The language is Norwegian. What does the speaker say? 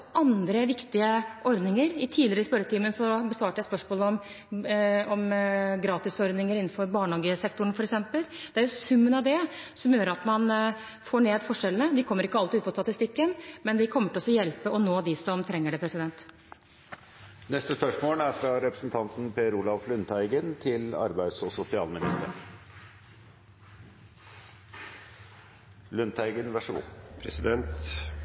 andre viktige ordninger. Tidligere i spørretimen besvarte jeg spørsmålet om gratisordninger innenfor barnehagesektoren, f.eks. Det er summen av dette som gjør at man får ned forskjellene. Det kommer ikke alltid fram av statistikken, men det kommer til å hjelpe oss å nå dem som trenger det.